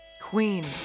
Queen